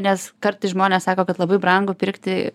nes kartais žmonės sako kad labai brangu pirkti